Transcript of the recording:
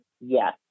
yes